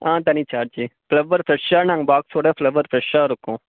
ஆ தனி சார்ஜி ஃப்ளவ்வர் ஃப்ரெஷ்ஷாக நாங்கள் பாக்ஸோடு ஃப்ளவர் ஃப்ரெஷ்ஷாக இருக்கும்